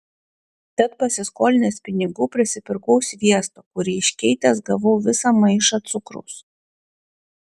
tad pasiskolinęs pinigų prisipirkau sviesto kurį iškeitęs gavau visą maišą cukraus